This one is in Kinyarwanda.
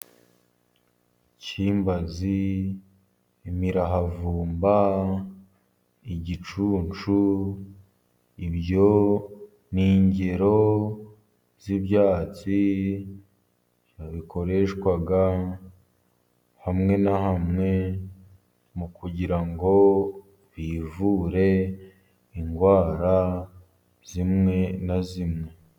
Cyimbazi Imirahavumba, Igicuncu, ibyo ni ingero z'ibyatsi bikoreshwa hamwe na hamwe, mu kugira ngo bivure indwara zimwe na zimwe.